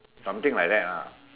something like that lah